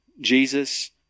Jesus